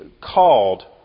called